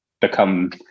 become